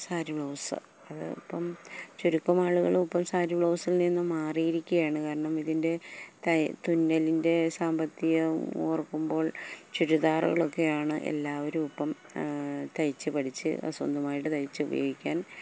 sari blouse അതിപ്പം ചുരുക്കമാളുകള് ഇപ്പം സാരി ബ്ലൗസിൽ നിന്ന് മാറിയിരിക്കുകയാണ് കാരണം ഇതിൻ്റെ തുന്നലിൻ്റെ സാമ്പത്തികം ഓർക്കുമ്പോൾ ചുരിദാറുകളൊക്കെയാണ് എല്ലാവരുമിപ്പം തയ്ച്ച് പഠിച്ച് സ്വന്തമായിട്ട് തയ്ച്ച് ഉപയോഗിക്കാൻ